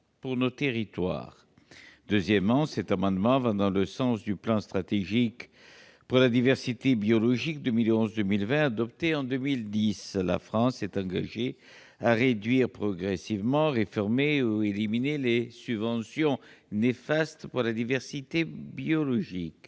pour nos territoires. Deuxièmement, cet amendement va dans le sens de l'un des objectifs du Plan stratégique pour la diversité biologique 2011-2020, adopté en 2010. La France s'est engagée à réduire progressivement, réformer ou éliminer les subventions néfastes pour la diversité biologique.